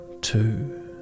two